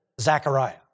Zechariah